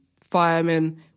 firemen